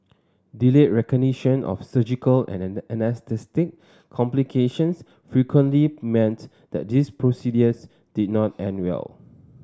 delayed recognition of surgical and anaesthetic complications frequently meant that these procedures did not end well